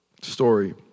story